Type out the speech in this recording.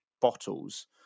bottles